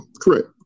Correct